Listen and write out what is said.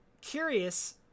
Curious